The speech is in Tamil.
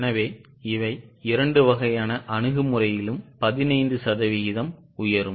எனவே இவை இரண்டு வகையான அணுகுமுறையிலும் 15 சதவீதம் உயரும்